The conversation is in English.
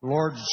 Lord